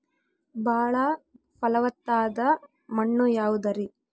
ಬಾಳ ಫಲವತ್ತಾದ ಮಣ್ಣು ಯಾವುದರಿ?